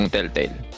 Telltale